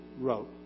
wrote